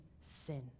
sin